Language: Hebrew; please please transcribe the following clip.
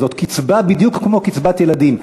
זאת קצבה בדיוק כמו קצבת ילדים.